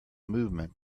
movement